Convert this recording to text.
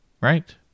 Right